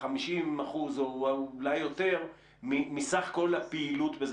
50% ואולי יותר מסך הכול הפעילות.